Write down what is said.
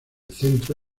centro